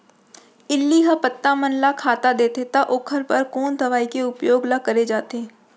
इल्ली ह पत्ता मन ला खाता देथे त ओखर बर कोन दवई के उपयोग ल करे जाथे?